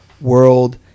world